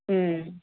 ह्म्